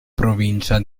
provincia